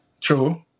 True